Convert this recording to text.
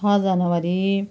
छ जनवरी